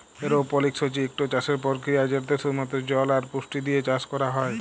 এরওপলিক্স হছে ইকট চাষের পরকিরিয়া যেটতে শুধুমাত্র জল আর পুষ্টি দিঁয়ে চাষ ক্যরা হ্যয়